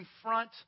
confront